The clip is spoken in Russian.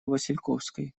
васильковской